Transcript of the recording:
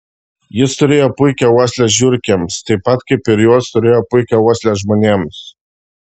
jis turėjo puikią uoslę žiurkėms taip pat kaip ir jos turėjo puikią uoslę žmonėms